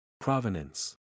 Provenance